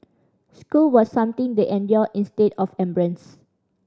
school was something they endured instead of embraced